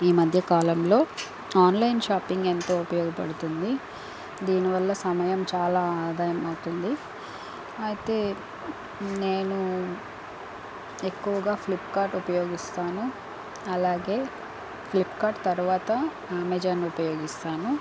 ఈ మధ్యకాలంలో online shopping ఎంతో ఉపయోగపడుతుంది దీనివల్ల సమయం చాలా ఆదాయం అవుతుంది అయితే నేను ఎక్కువగా ఫ్లిప్కార్ట్ ఉపయోగిస్తాను అలాగే ఫ్లిప్కార్ట్ తర్వాత ఆమెజాన్ ఉపయోగిస్తాను